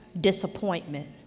disappointment